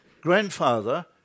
grandfather